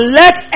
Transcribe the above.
let